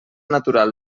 natural